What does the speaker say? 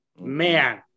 man